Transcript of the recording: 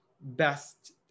best